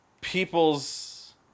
people's